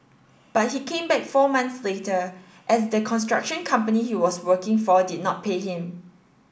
but he came back four months later as the construction company he was working for did not pay him